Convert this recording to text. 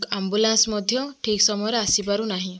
ambulance ମଧ୍ୟ ଠିକ୍ ସମୟରେ ଆସିପାରୁନାହିଁ